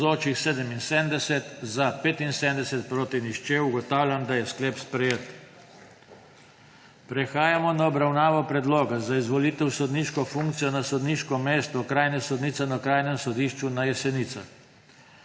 glasovalo 75.) (Proti nihče.) Ugotavljam, da je sklep sprejet. Prehajamo na obravnavo Predloga za izvolitev v sodniško funkcijo na sodniško mesto okrajne sodnice na Okrajnem sodišču na Jesenicah.